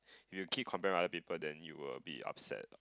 if you keep comparing with other people then you will be upset